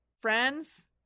Friends